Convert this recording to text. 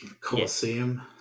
Coliseum